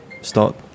start